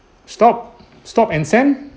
stop stop and send